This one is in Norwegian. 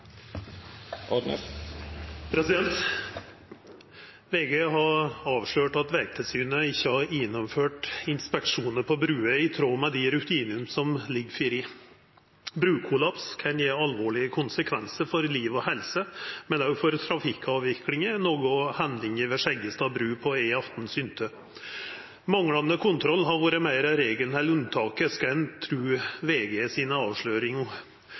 har avslørt at Vegtilsynet ikkje har gjennomført inspeksjon på bruer i tråd med dei rutinane som ligg føre. Brukollaps kan gje alvorlege konsekvensar for liv og helse, men òg for trafikkavviklinga, noko hendinga ved Skjeggestad bru på E18 synte. Manglande kontroll har vore meir regelen enn unntaket, skal ein tru VG sine avsløringar.